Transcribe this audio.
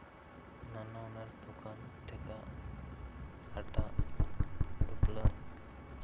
ᱱᱟᱱᱟ ᱦᱩᱱᱟᱹᱨ ᱫᱚᱠᱟᱱ ᱴᱷᱮᱠᱟ ᱦᱟᱴᱟᱜ ᱴᱩᱯᱞᱟᱹᱜ